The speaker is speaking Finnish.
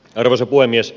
arvoisa puhemies